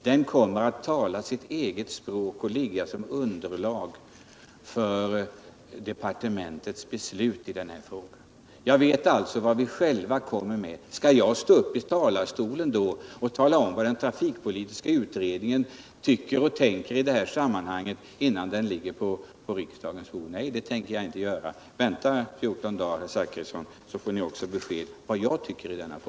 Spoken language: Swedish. Den kommer att tala sitt eget språk och skall ligga som underlag för departementets beslut i frågan. Jag vet alltså vad vi själva kommer med. Skall jag då stå upp i talarstolen och tala om vad den trafikpolitiska utredningen tycker och tänker i detta sammanhang innan den ligger på riksdagens bord? Nej, det tänker jag inte göra. Vänta 14 dagar, herr Zachrisson, så får ni också besked om vad jag tycker.